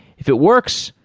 if it works,